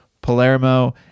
Palermo